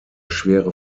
schwere